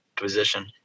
position